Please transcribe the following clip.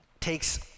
takes